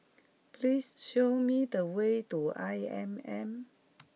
please show me the way to I M M